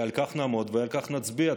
על כך נעמוד ועל כך נצביע.